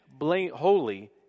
holy